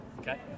Okay